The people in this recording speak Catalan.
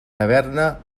taverna